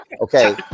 okay